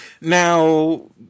Now